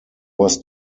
was